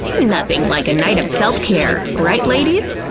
nothing like a night of self-care right, ladies?